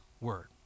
word